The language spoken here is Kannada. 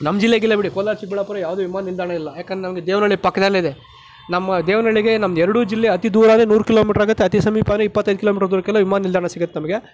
ನಮ್ಮ ಜಿಲ್ಲೆಗಿಲ್ಲ ಬಿಡಿ ಕೋಲಾರ ಚಿಕ್ಕಬಳ್ಳಾಪುರ ಯಾವುದೇ ವಿಮಾನ ನಿಲ್ದಾಣ ಇಲ್ಲ ಯಾಕೆಂದ್ರೆ ನಮಗೆ ದೇವನಳ್ಳಿ ಪಕ್ಕದಲ್ಲೇ ಇದೆ ನಮ್ಮ ದೇವನಳ್ಳಿಗೆ ನಮ್ಮದು ಎರಡೂ ಜಿಲ್ಲೆ ಅತೀ ದೂರನೇ ನೂರು ಕಿಲೋಮೀಟ್ರ್ ಆಗುತ್ತೆ ಅತೀ ಸಮೀಪವೇ ಇಪ್ಪತ್ತೈದು ಕಿಲೋಮೀಟರ್ ದೂರಕ್ಕೆಲ್ಲ ವಿಮಾನ ನಿಲ್ದಾಣ ಸಿಗುತ್ತೆ ನಮಗೆ